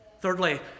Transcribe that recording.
Thirdly